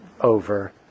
over